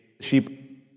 sheep